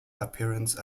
appearance